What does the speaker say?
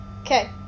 Okay